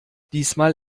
diesmal